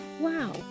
wow